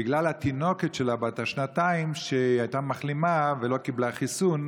בגלל התינוקת שלה בת השנתיים שהייתה מחלימה ולא קיבלה חיסון,